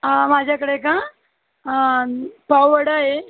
आ माझ्याकडे का पाववडा आहे